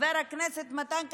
חבר הכנסת מתן כהנא,